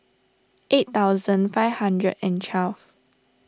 eight thousand five hundred and twelve